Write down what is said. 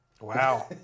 wow